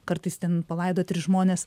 kartais ten palaidot ir žmones